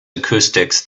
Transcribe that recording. acoustics